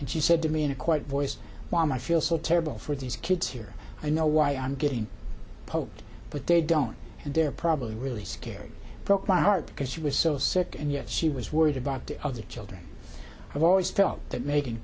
and she said to me in a quite voice why am i feel so terrible for these kids here i know why i'm getting poked but they don't and they're probably really scared broke my heart because she was so sick and yet she was worried about the other children i've always felt that making